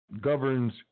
governs